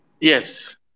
Yes